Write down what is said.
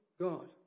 God